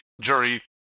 jury